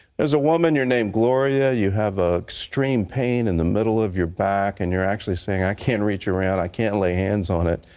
there is a woman, you're named gloria, and you have ah extreme pain in the middle of your back. and you're actually saying, i can't reach around. i can't lay hands on it.